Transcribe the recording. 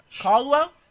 Caldwell